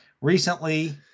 recently